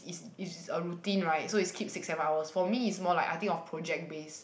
is is a routine right so is keep six seven hours for me is more like I think of project based